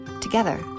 Together